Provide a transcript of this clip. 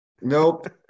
nope